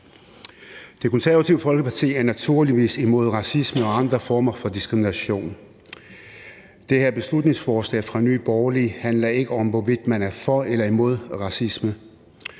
Det Konservative Folkeparti er naturligvis imod racisme og andre former for diskrimination. Det her beslutningsforslag fra Nye Borgerlige handler ikke om, hvorvidt man er for eller imod racisme.